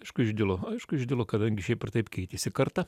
aišku išdilo aišku išdilo kadangi šiaip ar taip keitėsi karta